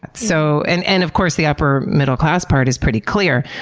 but so and and of course the upper middle-class part is pretty clear.